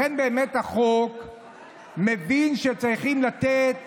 לכן החוק מבין שצריכים לתת